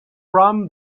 from